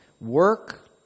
Work